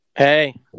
hey